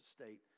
state